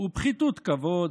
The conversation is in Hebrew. זה פחיתות כבוד,